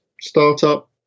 startup